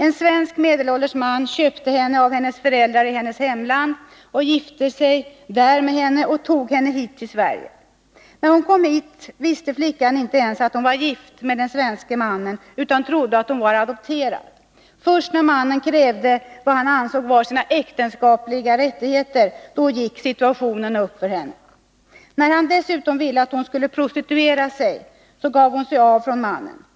En svensk medelålders man köpte henne av hennes föräldrar i hennes hemland och gifte sig där med henne och tog henne hit till Sverige. När hon kom hit visste flickan inte ens att hon var gift med den svenske mannen, utan trodde att hon var adopterad. Först när mannen krävde vad han ansåg vara sina ”äktenskapliga rättigheter” gick det upp för henne hur situationen var. När han dessutom ville att hon skulle prostituera sig, gav hon sig av från mannen.